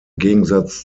gegensatz